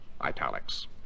italics